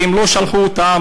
ואם לא שלחו אותם,